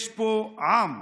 יש פה עם.